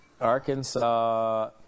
Arkansas